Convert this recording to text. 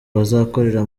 bazakorera